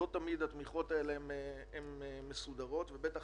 ולא תמיד התמיכות האלה מסודרות ובטח